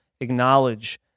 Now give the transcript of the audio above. acknowledge